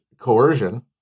coercion